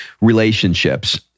relationships